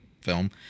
film